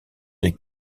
des